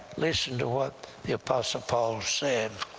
listen to what the apostle paul said